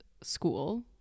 school